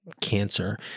cancer